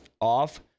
off